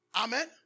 Amen